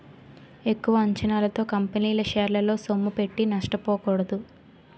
ఎక్కువ అంచనాలతో కంపెనీల షేరల్లో సొమ్ముపెట్టి నష్టపోకూడదు